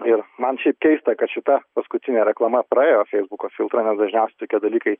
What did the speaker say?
ir man šiaip keista kad šita paskutinė reklama praėjo feisbuko filtrą nes dažniausiai tokie dalykai